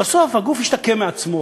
ושבסוף הגוף ישתקם מעצמו,